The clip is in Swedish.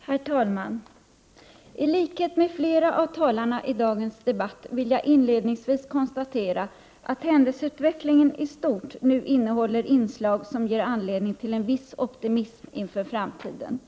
Herr talman! I likhet med flera av talarna i dagens debatt vill jag inledningsvis konstatera att händelseutvecklingen i stort nu innehåller inslag som ger anledning till en viss optimism inför framtiden.